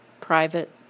private